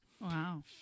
Wow